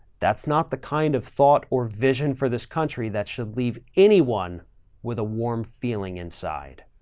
that's not the kind of thought or vision for this country that should leave anyone with a warm feeling inside.